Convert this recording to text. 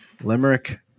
Limerick